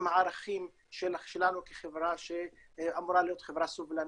עם הערכים שלנו כחברה שאמורה להיות חברה סובלנית,